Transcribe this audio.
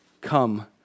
Come